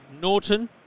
Norton